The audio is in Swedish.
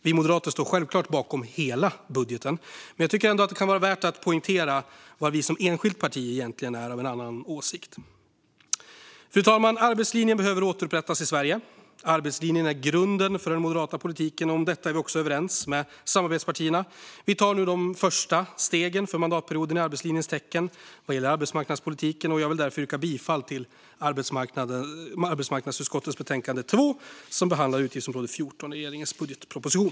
Vi moderater står självklart bakom hela budgeten, men jag tycker ändå att det kan vara värt att poängtera var vi som enskilt parti egentligen är av en annan åsikt. Fru talman! Arbetslinjen behöver återupprättas i Sverige. Arbetslinjen är grunden för den moderata politiken. Om detta är vi också överens med samarbetspartierna. Vi tar nu de första stegen för mandatperioden i arbetslinjens tecken vad gäller arbetsmarknadspolitiken. Jag vill därför yrka bifall till arbetsmarknadsutskottets betänkande 2 som behandlar utgiftsområde 14 i regeringens budgetproposition.